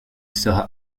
sera